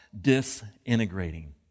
disintegrating